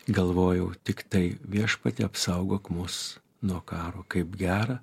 galvojau tiktai viešpatie apsaugok mus nuo karo kaip gera